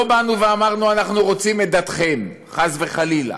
לא אמרנו: אנחנו רוצים את דתכם, חס וחלילה.